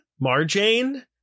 Marjane